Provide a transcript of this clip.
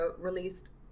released